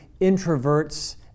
introverts